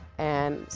and, so,